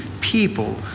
people